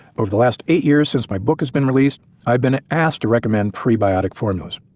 over the last eight years since my book has been released i've been asked to recommend prebiotic formulas,